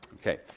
Okay